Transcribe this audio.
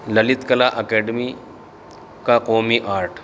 للت Kala academy کا قومی art